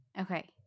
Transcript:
okay